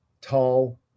tall